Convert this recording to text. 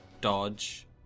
dodge